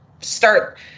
start